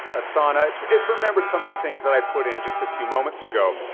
asana, it's it's remembered some of the things that i put in just a few moments ago.